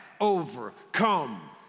overcome